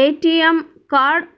ATM card